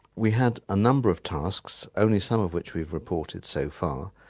we had a number of tasks, only some of which we've reported so far.